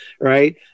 right